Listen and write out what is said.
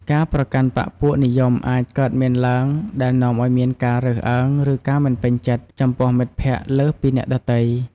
ការប្រកាន់បក្សពួកនិយមអាចកើតមានឡើង ដែលនាំឱ្យមានការរើសអើង ឬការពេញចិត្តចំពោះមិត្តភក្តិលើសពីអ្នកដទៃ។